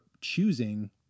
choosing